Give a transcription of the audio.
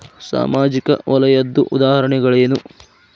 ಸಾಮಾಜಿಕ ವಲಯದ್ದು ಉದಾಹರಣೆಗಳೇನು?